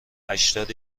هشتاد